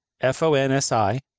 F-O-N-S-I